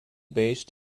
based